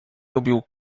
lubił